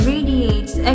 Radiates